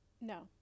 no